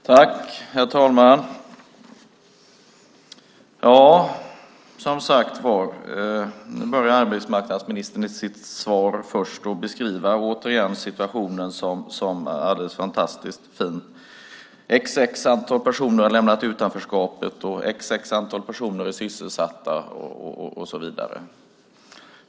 Herr talman! Nu började arbetsmarknadsministern sitt svar med att åter beskriva situationen som alldeles fantastiskt fin. X personer har lämnat utanförskapet, och x personer är sysselsatta och så vidare.